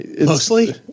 Mostly